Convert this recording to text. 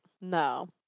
No